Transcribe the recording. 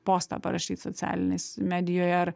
postą parašyt socialiniais medijoje ar